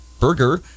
burger